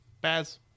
Baz